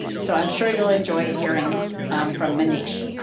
so i'm sure you'll enjoy hearing from maneesh.